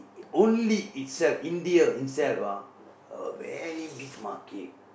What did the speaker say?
only itself India itself ah a very big market